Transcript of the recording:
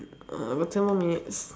about ten more minutes